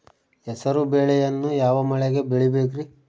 ಹೆಸರುಬೇಳೆಯನ್ನು ಯಾವ ಮಳೆಗೆ ಬೆಳಿಬೇಕ್ರಿ?